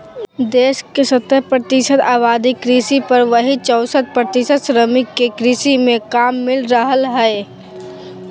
देश के सत्तर प्रतिशत आबादी कृषि पर, वहीं चौसठ प्रतिशत श्रमिक के कृषि मे काम मिल रहल हई